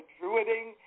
Druiding